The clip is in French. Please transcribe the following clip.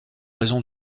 raison